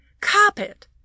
Carpet